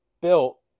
built